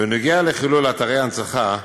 בנושא חילול אתרי הנצחה,